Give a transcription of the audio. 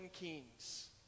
kings